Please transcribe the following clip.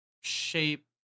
shape